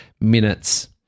minutes